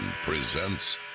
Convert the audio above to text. presents